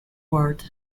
world